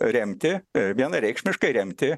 remti vienareikšmiškai remti